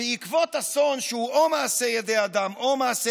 בעקבות אסון שהוא או מעשה ידי אדם או מעשה